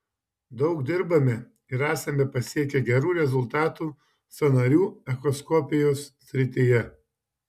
daug dirbame ir esame pasiekę gerų rezultatų sąnarių echoskopijos srityje